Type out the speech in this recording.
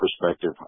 perspective